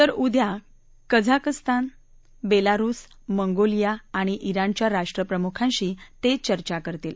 तर उद्या Kazakhstan Belarus Mongolia आणि ज्ञाणच्या राष्ट्रप्रमुखांशी ते चर्चा करतील